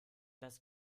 das